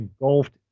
engulfed